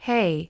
Hey